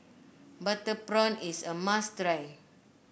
Butter Prawn is a must try